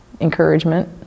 encouragement